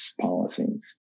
policies